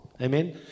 Amen